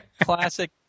classic